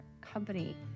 company